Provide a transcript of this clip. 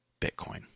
Bitcoin